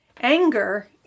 Anger